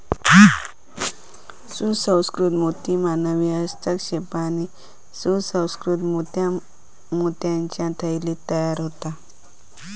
सुसंस्कृत मोती मानवी हस्तक्षेपान सुसंकृत मोत्या मोत्याच्या थैलीत तयार होता